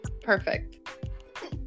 perfect